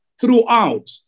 throughout